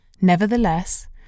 Nevertheless